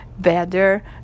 better